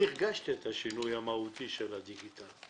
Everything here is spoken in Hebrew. אני הרגשתי את השינוי המהותי של הדיגיטלי.